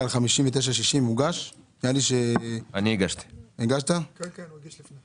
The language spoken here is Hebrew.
נחזור בשעה 15:38. (הישיבה נפסקה בשעה 15:33 ונתחדשה בשעה 15:38.)